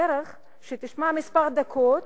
דרך שתישמע כמה דקות,